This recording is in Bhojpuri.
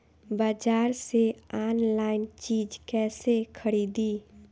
बाजार से आनलाइन चीज कैसे खरीदी?